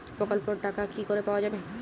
প্রকল্পটি র টাকা কি করে পাওয়া যাবে?